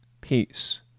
peace